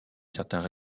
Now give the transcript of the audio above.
certains